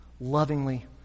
lovingly